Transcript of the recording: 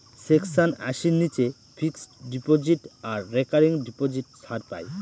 section আশির নীচে fixed deposit আর রেকারিং ডিপোজিট ছাড় পাই